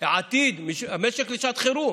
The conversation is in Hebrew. עתיד, המשק לשעת חירום